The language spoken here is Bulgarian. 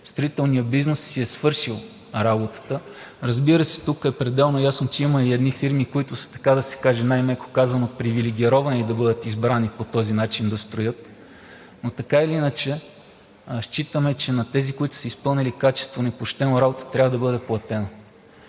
Строителният бизнес си е свършил работата. Разбира се, тук е пределно ясно, че има и едни фирми, които са, най-меко казано, привилегировани да бъдат избрани по този начин да строят, но считаме, че на тези, които са си изпълнили качествено и почтено работата, трябва да бъде платено.